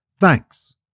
Thanks